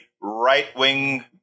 right-wing